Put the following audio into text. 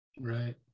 right